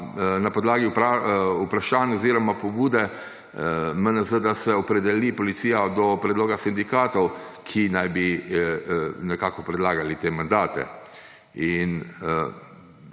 na podlagi vprašanj oziroma pobude MNZ, da se opredeli policija do predloga sindikatov, ki naj bi nekako predlagali te mandate. In